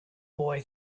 boy